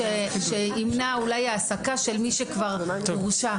שימנע אולי העסקה של מי שכבר הורשע.